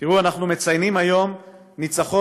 תראו, אנחנו מציינים היום ניצחון